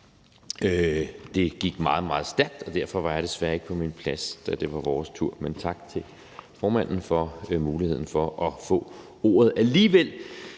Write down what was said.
det gik meget, meget stærkt, og derfor var jeg desværre ikke på min plads, da det var vores tur. Men tak til formanden for muligheden for at få ordet alligevel